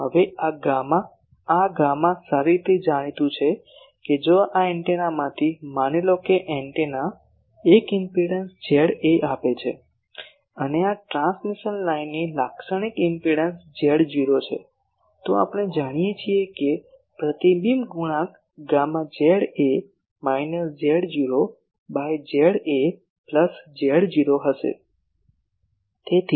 હવે આ ગામા આ ગામા સારી રીતે જાણીતું છે કે જો આ એન્ટેનામાંથી માની લો કે એન્ટેના એક ઇમ્પેડંસ ZA આપે છે અને આ ટ્રાન્સમિશન લાઇનની લાક્ષણિક ઇમ્પેડંસ Z0 છે તો આપણે જાણીએ છીએ કે પ્રતિબિંબ ગુણાંક gamma ZA minus Z0 by ZA plus Z0 હશે